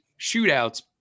shootouts